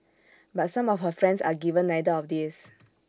but some of her friends are given neither of these